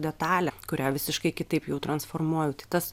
detalę kurią visiškai kitaip jau transformuoju tai tas